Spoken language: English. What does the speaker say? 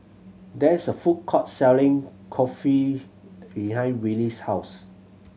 there is a food court selling Kulfi behind Willie's house